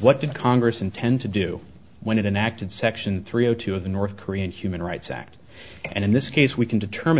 what did congress intend to do when it enacted section three o two of the north korean human rights act and in this case we can determine